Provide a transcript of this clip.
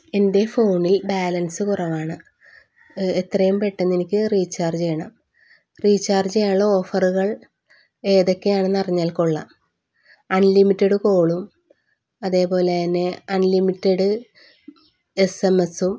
എൻ്റെ ഫോണിൽ ബാലൻസ് കുറവാണ് എത്രയും പെട്ടെന്നെനിക്ക് റീചാർജ് ചെയ്യണം റീചാർജ് ചെയ്യാനുള്ള ഓഫറുകൾ ഏതൊക്കെയാണെന്ന് അറിഞ്ഞാൽ കൊള്ളാം അൺലിമിറ്റഡ് കോളും അതേപോലെത്തന്നെ അൺലിമിറ്റഡ് എസ് എം എസ്സും